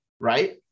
Right